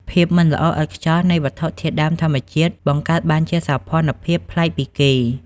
ភាពមិនល្អឥតខ្ចោះនៃវត្ថុធាតុដើមធម្មជាតិ បង្កើតបានជាសោភ័ណភាពប្លែកពីគេ។